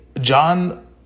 John